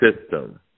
system